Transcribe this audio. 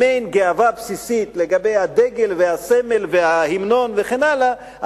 אם אין בה גאווה בסיסית לגבי הדגל והסמל וההמנון וכן הלאה,